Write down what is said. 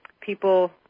people